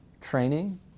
training